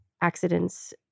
accidents